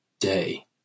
day